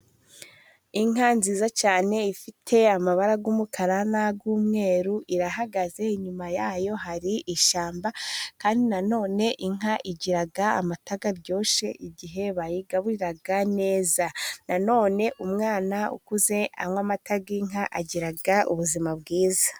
Inka nziza cyane ifite amabara y'umukara nay'umweru irahagaze inyuma yayo hari ishyamba kandi nanone inka igira amata aryoshye igihe bayigaburira neza, nanone umwana ukuze anywa amata y'inka agira ubuzima bwiza.